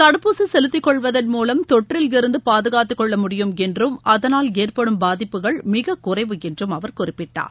தடுப்பூசி செலுத்திக்கொள்வதன் மூலம் தொற்றில் இருந்து பாதுகாத்து கொள்ள முடியும் என்றும் அதனால் ஏற்படும் பாதிப்புகள் மிக குறைவு என்றும் அவர் குறிப்பிட்டார்